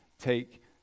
take